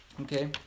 okay